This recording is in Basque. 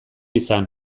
izan